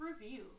review